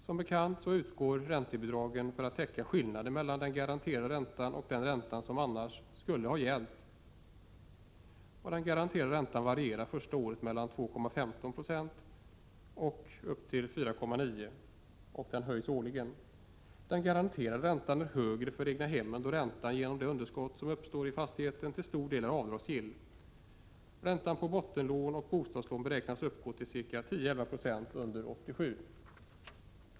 Som bekant utgår räntebidrag för att täcka skillnaden mellan den garanterade räntan och den ränta som annars skulle ha gällt. Den garanterade räntan varierar första året mellan 2,15 96 och upp till 4,9 96, och den höjs årligen. Den garanterade räntan är högre för egnahemmen, då räntan genom det underskott som uppstår i fastigheten till stor del är avdragsgill. Räntan på bostadslån och bottenlån beräknas uppgå till 10—11 90 för 1987.